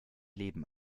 leben